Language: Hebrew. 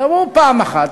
תבואו פעם אחת,